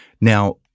Now